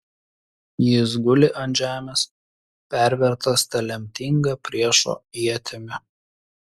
jis guli ant žemės pervertas ta lemtinga priešo ietimi